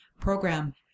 Program